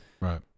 Right